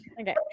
Okay